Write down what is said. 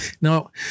Now